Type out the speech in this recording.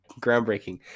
groundbreaking